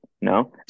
no